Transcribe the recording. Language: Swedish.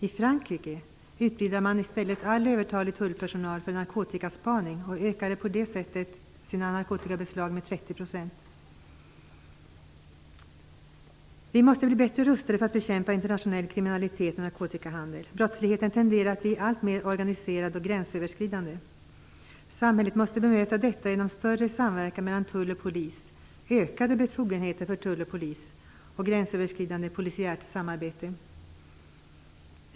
I Frankrike utbildade man i stället all övertalig tullpersonal för narkotikaspaning. På det sättet ökade man sina narkotikabeslag med 30 %. Vi måste bli bättre rustade för att bekämpa internationell kriminalitet och narkotikahandel. Brottsligheten tenderar att bli alltmer organiserad och gränsöverskridande. Samhället måste bemöta detta genom en större samverkan mellan tullen och polisen, ökade befogenheter för tullen och polisen och ett gränsöverskridande polisiärt samarbete.